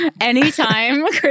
anytime